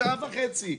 שעה וחצי,